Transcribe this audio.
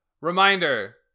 reminder